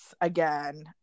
again